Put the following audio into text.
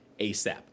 ASAP